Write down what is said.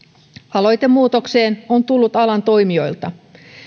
aloite muutokseen on tullut alan toimijoilta